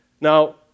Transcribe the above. Now